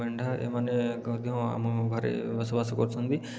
ମେଣ୍ଢା ଏମାନେ ମଧ୍ୟ ଆମ ଘରେ ବସବାସ କରୁଛନ୍ତି